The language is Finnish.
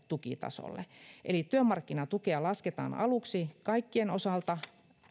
tukitasolle eli työmarkkinatukea lasketaan aluksi kaikkien osalta